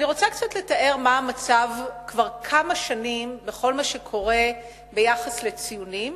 אני רוצה קצת לתאר מה המצב כבר כמה שנים בכל מה שקורה ביחס לציונים.